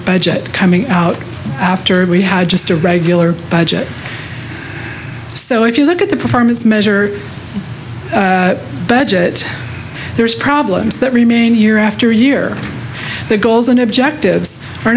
budget coming out after we had just a regular budget so if you look at the performance measure budget there's problems that remain year after year the goals and objective